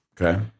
Okay